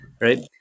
right